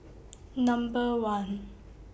Number one